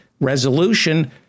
resolution